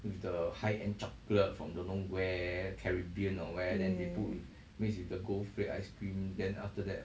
yeah yeah yeah